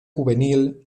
juvenil